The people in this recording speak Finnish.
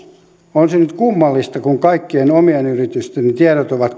on se nyt kummallista kun kaikkien omien yritysteni tiedot ovat